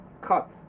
cut